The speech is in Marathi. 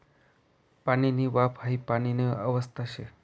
पाणीनी वाफ हाई पाणीनी अवस्था शे